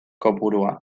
kopurua